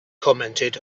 commented